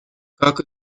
как